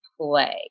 play